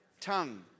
tongue